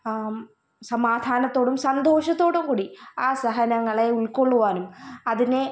സമാധാനത്തോടും സന്തോഷത്തോടും കൂടി ആ സഹനങ്ങളെ ഉൾക്കൊള്ളുവാനും അതിനെ